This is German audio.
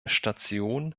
station